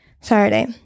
Saturday